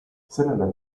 sellele